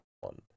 one